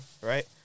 Right